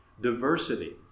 Diversity